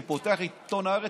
אני פותח את עיתון הארץ,